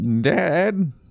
dad